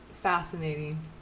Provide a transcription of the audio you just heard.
fascinating